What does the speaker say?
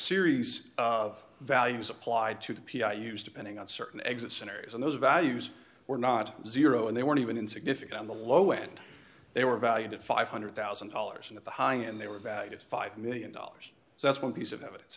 series of values applied to the p i use depending on certain exit scenarios and those values were not zero and they weren't even in significant on the low end they were valued at five hundred thousand dollars and at the high end they were valued at five million dollars so that's one piece of evidence